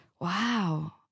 Wow